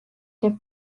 der